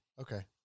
okay